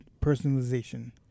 personalization